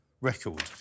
record